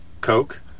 Coke